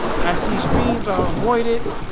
i see streams are avoided.